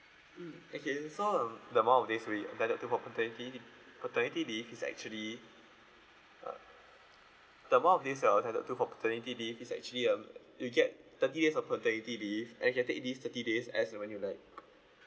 mm okay so um the amount of days we entitled for paternity paternity leave is actually uh the amount of days that you are entitled to for paternity leave is actually um you get thirty days of paternity leave and you can take this thirty days as when you like